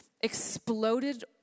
exploded